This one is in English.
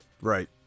Right